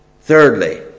thirdly